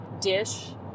dish